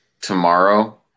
tomorrow